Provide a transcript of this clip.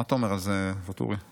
מה אתה אומר על זה, ואטורי?